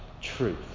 truth